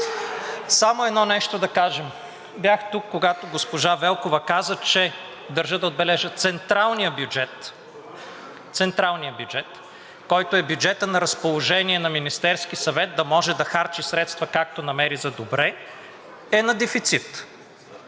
Само едно нещо да кажем. Бях тук, когато госпожа Велкова каза, че – държа да отбележа – централният бюджет, централният бюджет, който е бюджетът на разположение на Министерския съвет, да може да харчи средства, както намери за добре, е на дефицит.